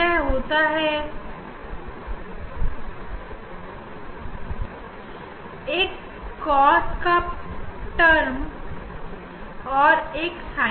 यह होता है cos शब्द और एक sin शब्द